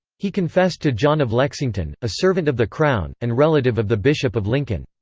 he confessed to john of lexington, a servant of the crown, and relative of the bishop of lincoln.